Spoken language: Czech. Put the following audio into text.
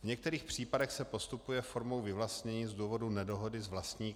V některých případech se postupuje formou vyvlastnění z důvodu nedohody s vlastníkem.